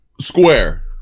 square